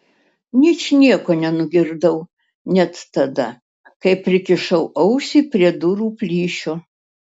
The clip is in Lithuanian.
ničnieko nenugirdau net tada kai prikišau ausį prie durų plyšio